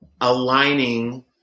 Aligning